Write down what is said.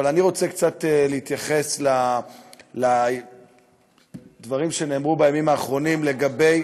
אבל אני רוצה קצת להתייחס לדברים שנאמרו בימים האחרונים לגבי,